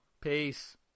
peace